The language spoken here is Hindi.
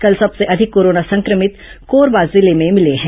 कल सबसे अधिक कोरोना संक्रमित कोरबा जिले में भिले हैं